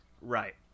Right